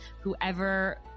whoever